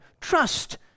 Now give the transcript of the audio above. trust